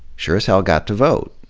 sure as hell got to vote.